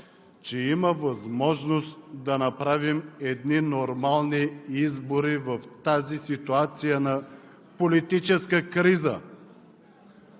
че има възможност да направим едни нормални избори в тази ситуация на политическа криза,